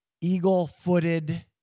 eagle-footed